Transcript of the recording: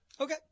Okay